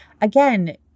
Again